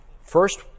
First